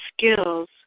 skills